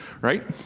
right